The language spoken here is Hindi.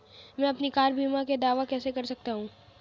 मैं अपनी कार बीमा का दावा कैसे कर सकता हूं?